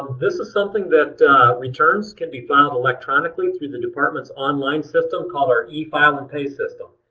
this is something that returns can be filed electronically through the department's online system called our efile and pay system.